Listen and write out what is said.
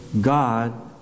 God